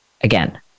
again